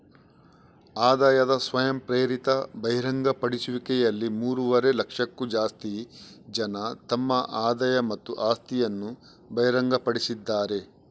ಆದಾಯದ ಸ್ವಯಂಪ್ರೇರಿತ ಬಹಿರಂಗಪಡಿಸುವಿಕೆಯಲ್ಲಿ ಮೂರುವರೆ ಲಕ್ಷಕ್ಕೂ ಜಾಸ್ತಿ ಜನ ತಮ್ಮ ಆದಾಯ ಮತ್ತು ಆಸ್ತಿಯನ್ನ ಬಹಿರಂಗಪಡಿಸಿದ್ದಾರೆ